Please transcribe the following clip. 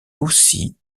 aussi